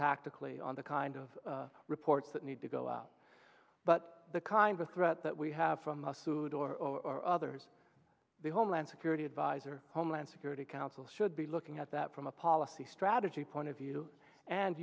tactically on the kind of reports that need to go out but the kind of threat that we have from the sued or others the homeland security advisor homeland security council should be looking at that from a policy strategy point of view and